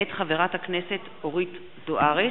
מאת חברת הכנסת אורית זוארץ,